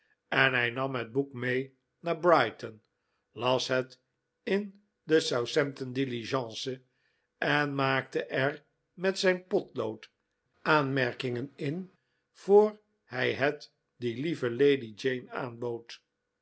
en hij nam het boek mee naar brighton las het in de southamptondiligence en maakte er met zijn potlood aanmerkingen in voor hij het die lieve lady jane aanbood